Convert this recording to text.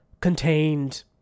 contained